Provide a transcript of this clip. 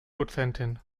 dozentin